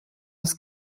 das